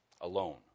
alone